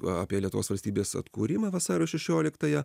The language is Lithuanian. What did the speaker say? apie lietuvos valstybės atkūrimą vasario šešioliktąją